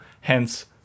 hence